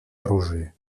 оружии